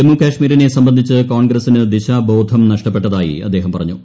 ജമ്മു കശ്മീരിനെ സംബന്ധിച്ച് കോൺഗ്രസ്സിന് ദിശാബോധം നഷ്ടപ്പെട്ടതായി അദ്ദേഹം പറഞ്ഞു